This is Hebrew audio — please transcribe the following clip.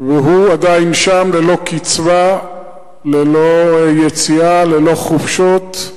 והוא עדיין שם, ללא קצבה, ללא יציאה, ללא חופשות.